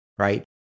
Right